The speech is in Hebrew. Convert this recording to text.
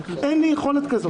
אין לי יכולת כזאת.